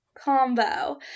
combo